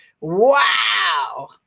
wow